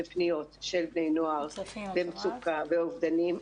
בפניות של בני נוער במצוקה ואובדנים,